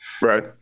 Right